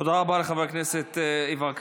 תודה רבה לחבר הכנסת יברקן.